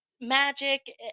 magic